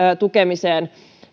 tukemiseen